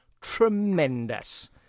tremendous